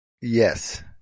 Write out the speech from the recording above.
Yes